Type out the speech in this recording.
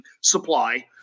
supply